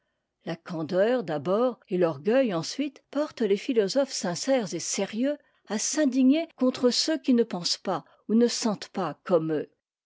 la candeur d'abord et l'orgueil ensuite portent tes philosophes sincères et sérieux à s'indigner contre ceux qui ne pensent pas ou ne sentent pas comme eux